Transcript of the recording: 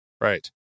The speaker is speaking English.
Right